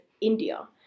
India